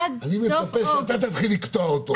עד סוף אוגוסט --- אני מבקש שאתה תתחיל לקטוע אותו.